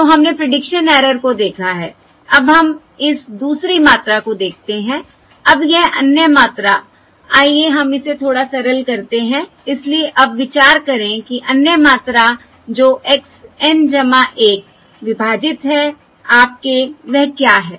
तो हमने prediction error को देखा है अब हम इस दूसरी मात्रा को देखते हैं अब यह अन्य मात्रा आइए हम इसे थोड़ा सरल करते हैं इसलिए अब विचार करें कि अन्य मात्रा जो x N 1 विभाजित है आपके वह क्या है